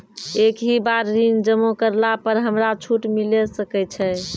एक ही बार ऋण जमा करला पर हमरा छूट मिले सकय छै?